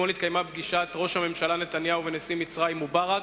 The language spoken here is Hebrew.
אתמול התקיימה פגישת ראש הממשלה נתניהו ונשיא מצרים מובארק.